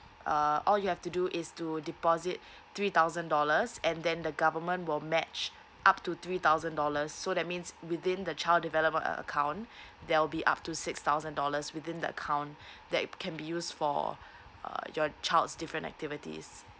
uh all you have to do is to deposit three thousand dollars and then the government will match up to three thousand dollars so that means within the child development uh account there will be up to six thousand dollars within the account that can be used for uh your child's different activities